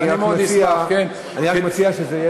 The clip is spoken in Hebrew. אבל אני רק מציע שזה יהיה,